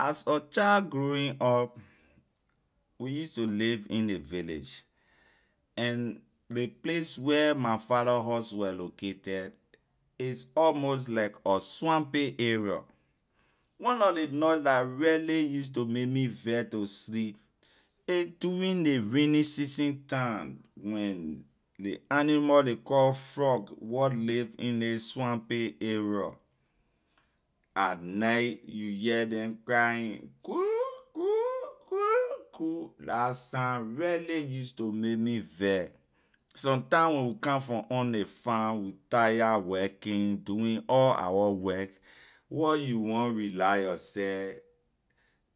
As a child growing up we use to live in ley village and ley place where my father house was located is almost like a swampy area one nor ley la really use to make me vex to sleep a doing ley raining season time when ley animal ley call frog wor live in ley swampy area at night you hear them crying cruwoo- cruwoo- cruwoo- cruu la sign really use to may me vex sometime when we come from on ley farm we tired working doing all our work wor you wan rela yourseh